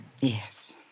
Yes